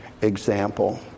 example